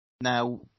Now